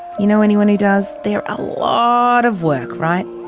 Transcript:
you know anyone who does? they're a lot of work, right?